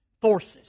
forces